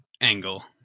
angle